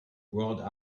brought